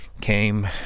came